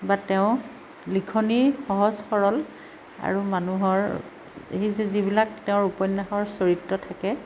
বা তেওঁ লিখনি সহজ সৰল আৰু মানুহৰ এই যে যিবিলাক তেওঁৰ উপন্য়াসৰ চৰিত্ৰ থাকে